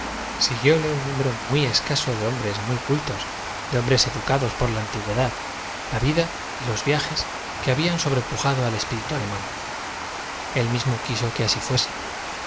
siguióle un número muy eecaso de hombres m u y cu l tos de hombres educados por la antigüedad la vida y lo viajes que habian sobrepujado al espíritu ale mán él mismo quiso que asi fuese